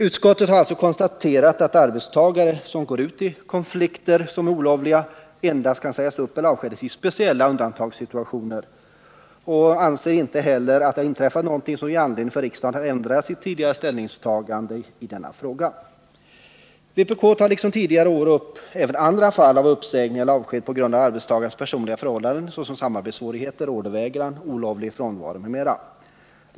Utskottet, som alltså har konstaterat att arbetstagare som går ut i konflikter som är olovliga endast kan sägas upp eller avskedas i speciella undantagssituationer, anser att det inte heller har inträffat någonting som ger anledning för riksdagen att ändra sitt tidigare ställningstagande i denna fråga. Vpk tarliksom tidigare år även upp andra fall av uppsägning eller avsked på grund av arbetstagarens personliga förhållanden, såsom samarbetssvårigheter, ordervägran, olovlig frånvaro etc.